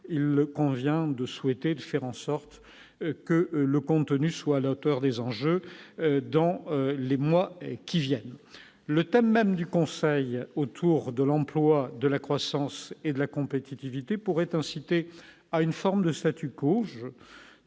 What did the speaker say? il convient de souhaiter, de faire en sorte que le contenu soit à la hauteur des enjeux dans les mois qui viennent, le thème même du conseil autour de l'emploi, de la croissance et de la compétitivité pourrait inciter à une forme de statu quo